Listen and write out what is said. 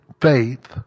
faith